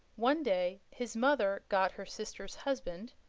one day his mother got her sister's husband,